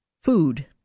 Food